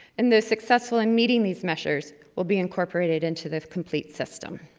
and those successful in meeting these measures will be incorporated into the complete system.